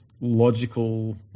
logical